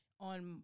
on